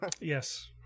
Yes